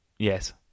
yes